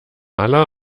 aller